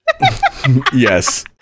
Yes